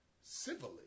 civilly